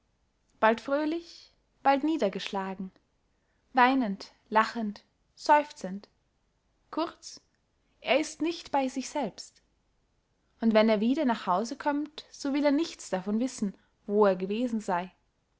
bald fröhlich bald niedergeschlagen weinend lachend seufzend kurz er ist nicht bey sich selbst und wenn er wieder nach hause kömmt so will er nichts davon wissen wo er gewesen sey